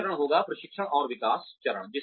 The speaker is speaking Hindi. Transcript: दूसरा चरण होगा प्रशिक्षण और विकास चरण